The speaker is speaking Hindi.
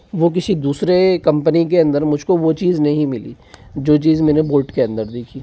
वो किसी दूसरे कंपनी के अंदर मुझको वो चीज़ नहीं मिली जो चीज़ मैंने बोट के अंदर देखी